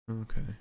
Okay